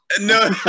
No